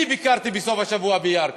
אני ביקרתי בסוף השבוע בירכא.